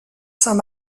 saint